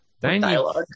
Dialogue